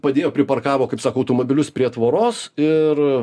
padėjo priparkavo kaip sakau automobilius prie tvoros ir